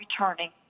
returning